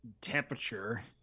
temperature